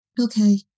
Okay